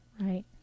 Right